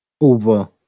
over